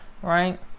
Right